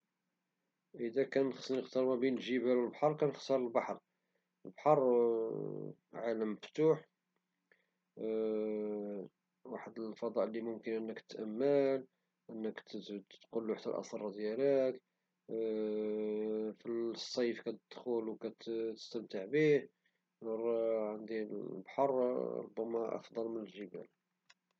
إذا كان خصني نختار بين البحار والجبال، أن كنختار البحر، البحر عالم مفتوح، واحد الفضاء لي ممكن أنك تأمل - حتى أنك تقوله الأسرار ديالك، في الصيف كدخل وكتستمتع به- البحر عندي أحسن من الجبل.